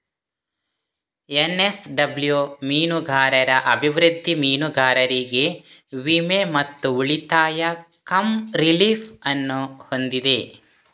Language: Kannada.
ಎನ್.ಎಸ್.ಡಬ್ಲ್ಯೂ ಮೀನುಗಾರರ ಅಭಿವೃದ್ಧಿ, ಮೀನುಗಾರರಿಗೆ ವಿಮೆ ಮತ್ತು ಉಳಿತಾಯ ಕಮ್ ರಿಲೀಫ್ ಅನ್ನು ಹೊಂದಿದೆ